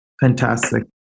Fantastic